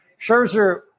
Scherzer